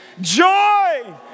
joy